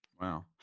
Wow